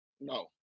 No